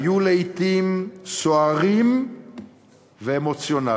היו לעתים סוערים ואמוציונליים.